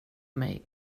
mig